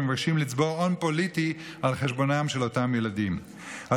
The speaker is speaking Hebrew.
שמבקשים לצבור הון פוליטי על חשבונם של אותם ילדים על